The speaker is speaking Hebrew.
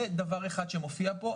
זה דבר אחד שמופיע פה,